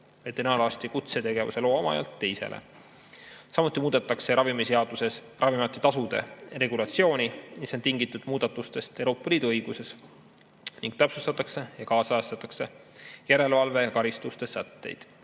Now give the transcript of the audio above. veterinaararsti kutsetegevuse loa omajalt teisele. Samuti muudetakse ravimiseaduses Ravimiameti tasude regulatsiooni tingituna muudatustest Euroopa Liidu õiguses ning täpsustatakse ja kaasajastatakse järelevalve ja karistuste sätteid.